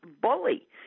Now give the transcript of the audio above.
bully